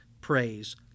praise